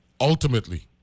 ultimately